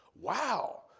Wow